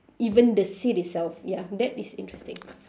even the seed itself ya that is interesting